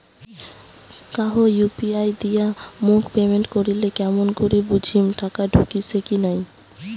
কাহো ইউ.পি.আই দিয়া মোক পেমেন্ট করিলে কেমন করি বুঝিম টাকা ঢুকিসে কি নাই?